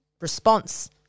response